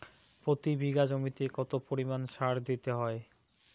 প্রতি বিঘা জমিতে কত পরিমাণ সার দিতে হয়?